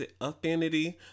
affinity